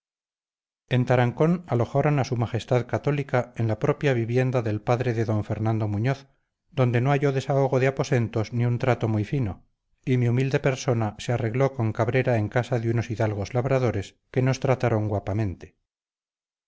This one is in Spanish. en tarancón alojaron a s m c en la propia vivienda del padre de d fernando muñoz donde no halló desahogo de aposentos ni un trato muy fino y mi humilde persona se arregló con cabrera en casa de unos hidalgos labradores que nos trataron